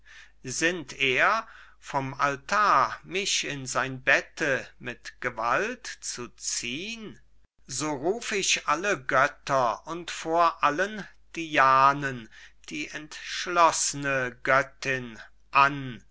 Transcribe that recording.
sinnt er vom altar mich in sein bette mit gewalt zu ziehn so ruf ich alle götter und vor allen dianen die entschloss'ne göttin an